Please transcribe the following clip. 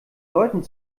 leuten